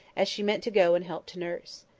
as she meant to go and help to nurse.